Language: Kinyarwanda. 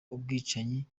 ubwicanyi